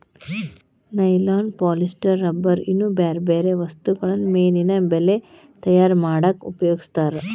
nylon polyester rubber ಇನ್ನೂ ಬ್ಯಾರ್ಬ್ಯಾರೇ ವಸ್ತುಗಳನ್ನ ಮೇನಿನ ಬಲೇ ತಯಾರ್ ಮಾಡಕ್ ಉಪಯೋಗಸ್ತಾರ